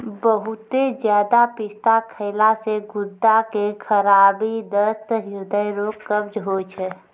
बहुते ज्यादा पिस्ता खैला से गुर्दा के खराबी, दस्त, हृदय रोग, कब्ज होय छै